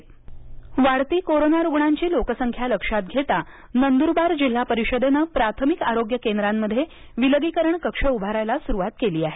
नंदरबार अलगीकरण वाढती कोरोना रुग्णांची लोकसंख्या लक्षात घेता नंदुरबार जिल्हा परिषदेनं प्राथमिक आरोग्य केंद्रांमध्ये विलगीकरण कक्ष उभारायला सुरूवात केली आहे